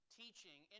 teaching